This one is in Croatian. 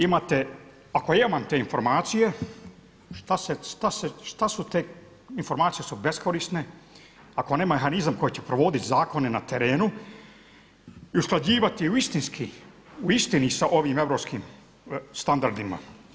Imate, ako ja imam te informacije, šta su te, informacije su beskorisne, ako nema mehanizam koji će provoditi zakone na terenu i usklađivati u istinski, u istini sa ovim europskim standardima.